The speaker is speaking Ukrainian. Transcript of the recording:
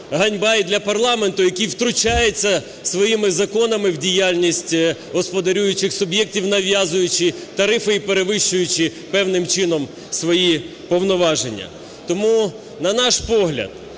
ганьба і для парламенту, який втручається своїми законами в діяльність господарюючих суб'єктів, нав'язуючи тарифи і перевищуючи певним чином свої повноваження. Тому, на наш погляд,